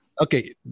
Okay